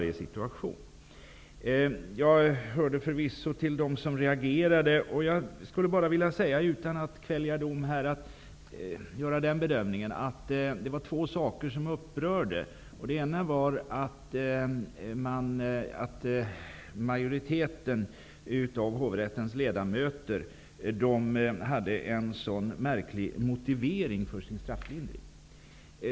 Jag hörde förvisso till dem som reagerade. Utan att kvälja dom vill jag säga att det var två saker som upprörde. Det ena var att majoriteten av Hovrättens ledamöter hade en så märklig motivering för strafflindring.